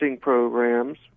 programs